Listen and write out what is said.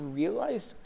realize